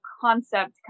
concept